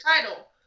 title